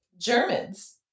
germans